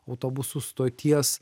autobusų stoties